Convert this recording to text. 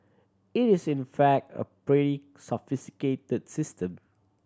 it is in fact a prey sophisticated the system